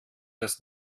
das